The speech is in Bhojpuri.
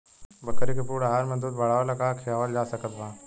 बकरी के पूर्ण आहार में दूध बढ़ावेला का खिआवल जा सकत बा?